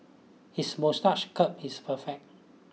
his moustache curl is perfect